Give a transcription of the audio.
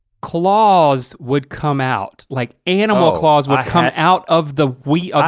claws would come out. like animal claws would come out of the wheel,